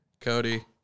Cody